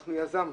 שאנחנו יזמנו,